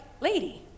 lady